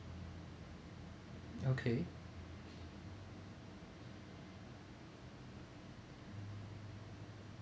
okay